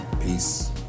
Peace